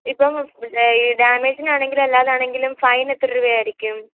ഇപ്പം പിന്നെ ഈ ഡാമേജിന് ആണെങ്കിലും അല്ലാതെയാണെങ്കിലും ഫൈൻ എത്ര രൂപയായിരിക്കും